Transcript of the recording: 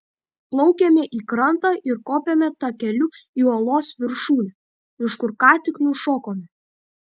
plaukiame į krantą ir kopiame takeliu į uolos viršūnę iš kur ką tik nušokome